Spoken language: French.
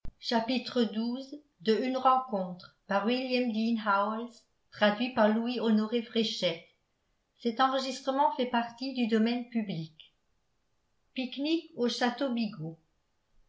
xii pique-nique au